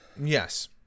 Yes